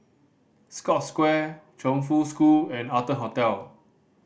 Scotts Square Chongfu School and Arton Hotel